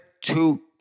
two